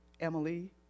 Emily